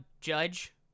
Judge